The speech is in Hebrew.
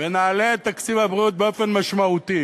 ונעלה את תקציב הבריאות באופן משמעותי.